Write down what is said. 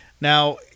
Now